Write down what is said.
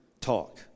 talk